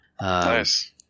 Nice